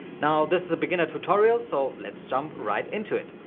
now this is a beginner tutorial so let's jump right into it.